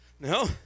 No